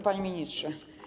Panie Ministrze!